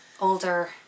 older